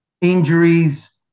injuries